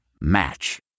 Match